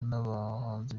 n’abahanzi